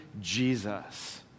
Jesus